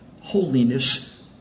holiness